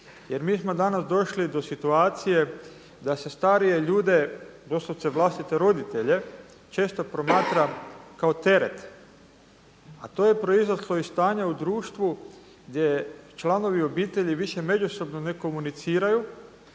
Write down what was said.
jer mi smo danas došli do situacije da se starije ljude, doslovce vlastite roditelje često promatra kao teret. A to je proizašlo iz stanja u društvu gdje članovi obitelji više međusobno ne komuniciraju,